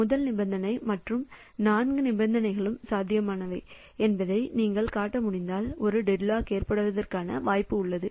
முதல் நிபந்தனை மற்றும் நான்கு நிபந்தனைகளும் சாத்தியமானவை என்பதை நீங்கள் காட்ட முடிந்தால் ஒரு டெட்லாக் ஏற்படுவதற்கான வாய்ப்பு உள்ளது